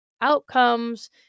outcomes